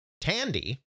Tandy